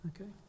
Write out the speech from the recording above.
Okay